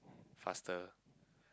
faster